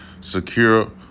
secure